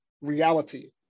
reality